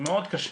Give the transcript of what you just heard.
זה מאוד קשה.